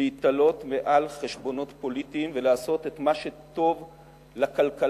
להתעלות מעל חשבונות פוליטיים ולעשות את מה שטוב לכלכלה.